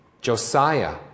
Josiah